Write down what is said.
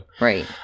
Right